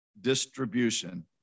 distribution